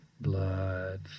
blood